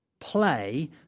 Play